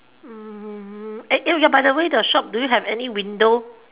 mm eh by the way the shop do you have any window